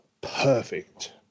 Perfect